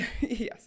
Yes